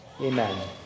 Amen